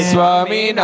Swami